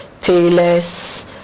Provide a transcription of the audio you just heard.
tailors